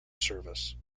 service